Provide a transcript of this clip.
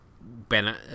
Ben